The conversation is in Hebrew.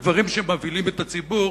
ודברים שמבהילים את הציבור,